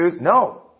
No